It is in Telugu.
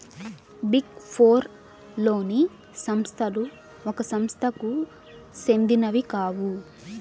బిగ్ ఫోర్ లోని సంస్థలు ఒక సంస్థకు సెందినవి కావు